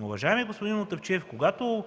Уважаеми господин Мутафчиев, когато